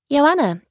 Joanna